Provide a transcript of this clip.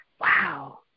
Wow